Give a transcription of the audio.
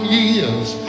years